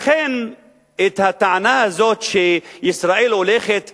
לכן הטענה הזאת שישראל הולכת לבנות,